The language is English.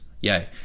Yay